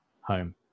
home